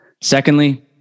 Secondly